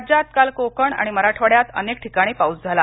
राज्यात काल कोकण आणि मराठवाड्यात अनेक ठिकाणी पाऊस झाला